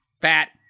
fat